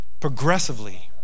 progressively